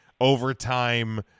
overtime